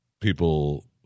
people